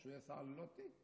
שהוא יהיה שר ללא תיק.